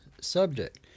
subject